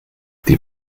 die